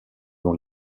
dont